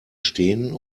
stehen